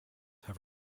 have